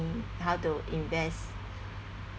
how to invest